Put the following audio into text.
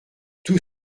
tout